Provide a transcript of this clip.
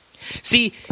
See